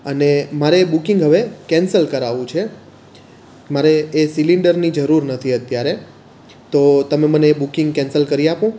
અને મારે બુકિંગ હવે કેન્સલ કરાવવું છે મારે એ સિલિન્ડરની જરૂર નથી અત્યારે તો તમે મને બુકિંગ કેન્સલ કરી આપો